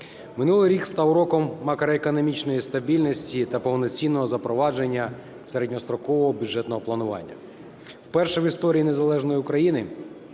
Минулий рік став роком макроекономічної стабільності та повноцінного запровадження середньострокового бюджетного планування. Вперше в історії незалежної України